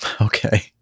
Okay